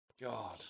God